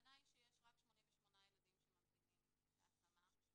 הטענה היא שיש רק 88 ילדים שממתינים להשמה.